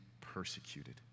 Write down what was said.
persecuted